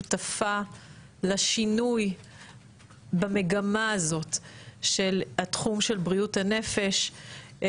שותפה לשינוי במגמה הזאת בתחום של בריאות הנפש.